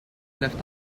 left